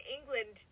England